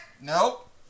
Nope